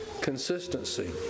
consistency